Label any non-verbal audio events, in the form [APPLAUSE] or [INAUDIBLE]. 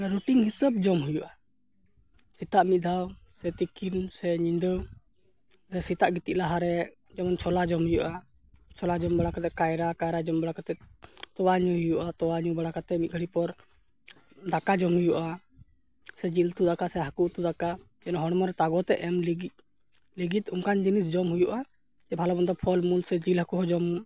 routine ᱦᱤᱥᱟᱹᱵᱽ ᱡᱚᱢ ᱦᱩᱭᱩᱜᱼᱟ ᱥᱮᱛᱟᱜ ᱢᱤᱫ ᱫᱷᱟᱣ ᱥᱮ ᱛᱤᱠᱤᱱ ᱥᱮ ᱧᱤᱫᱟᱹ ᱥᱮ ᱥᱮᱛᱟᱜ ᱜᱤᱛᱤᱡ ᱞᱟᱦᱟᱨᱮ ᱡᱮᱢᱚᱱ ᱪᱷᱳᱞᱟ ᱡᱚᱢ ᱦᱩᱭᱩᱜᱼᱟ ᱪᱷᱳᱞᱟ ᱡᱚᱢᱵᱟᱲᱟ ᱠᱟᱛᱮᱫ ᱠᱟᱭᱨᱟ ᱠᱟᱭᱨᱟ ᱡᱚᱢᱵᱟᱲᱟ ᱠᱟᱛᱮᱫ ᱛᱳᱣᱟ ᱧᱩᱭ ᱦᱩᱭᱩᱜᱼᱟ ᱛᱳᱣᱟ ᱧᱩᱵᱟᱲᱟ ᱠᱟᱛᱮᱫ ᱢᱤᱫᱜᱷᱟᱹᱲᱤ ᱯᱚᱨ ᱫᱟᱠᱟ ᱡᱚᱢ ᱦᱩᱭᱩᱜᱼᱟ ᱥᱮ ᱡᱤᱞ ᱩᱛᱩ ᱫᱟᱠᱟ ᱥᱮ ᱦᱟ ᱠᱚ ᱩᱛᱩ ᱫᱟᱠᱟ [UNINTELLIGIBLE] ᱦᱚᱲᱢᱚᱨᱮ ᱛᱟᱜᱚᱫᱮ ᱮᱢ ᱞᱟᱹᱜᱤᱫ ᱞᱟᱹᱜᱤᱫ ᱚᱱᱠᱟᱱ ᱡᱤᱱᱤᱥ ᱡᱤᱢ ᱦᱩᱭᱩᱜᱼᱟ ᱵᱷᱟᱞᱚᱼᱢᱚᱱᱫᱚ ᱯᱷᱚᱞᱢᱩᱞ ᱥᱮ ᱡᱤᱞᱼᱦᱟᱹᱠᱚ ᱦᱚᱸ ᱡᱚᱢ